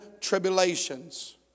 tribulations